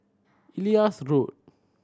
Elias Road